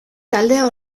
taldea